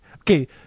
Okay